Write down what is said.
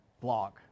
blog